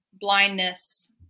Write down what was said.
blindness